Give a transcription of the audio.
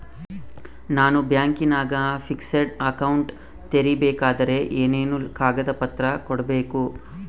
ನಾನು ಬ್ಯಾಂಕಿನಾಗ fixed account ತೆರಿಬೇಕಾದರೆ ಏನೇನು ಕಾಗದ ಪತ್ರ ಕೊಡ್ಬೇಕು?